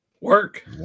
Work